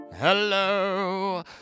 Hello